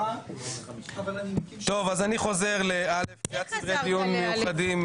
הצעות החוק לעניין הוועדה לבחירת השופטים,